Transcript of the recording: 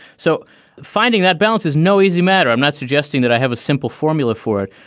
so finding that balance is no easy matter. i'm not suggesting that i have a simple formula for it,